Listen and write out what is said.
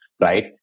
right